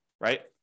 right